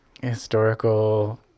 historical